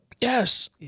Yes